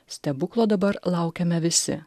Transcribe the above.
stebuklo dabar laukiame visi